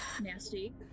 Nasty